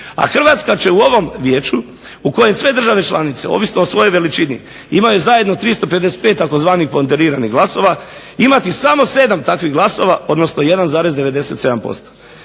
A Hrvatska će u ovom vijeću u kojem sve države članice ovisno o svojoj veličini imaju zajedno 355 tzv. Konderiranih glasova imati samo 7 takvih glasova odnosno 1,97%.